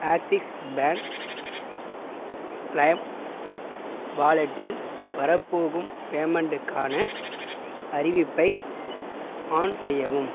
axis Bank Lime வாலெட்டில் வரப்போகும் பேமெண்ட்டுக்கான அறிவிப்பை ஆன் செய்யவும்